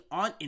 on